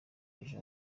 ejo